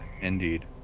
Indeed